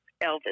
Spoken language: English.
Elvis